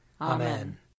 Amen